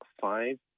five